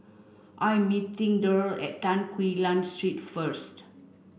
I am meeting Derl at Tan Quee Lan Street first